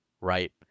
right